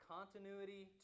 Continuity